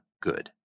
good